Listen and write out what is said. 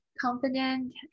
Confident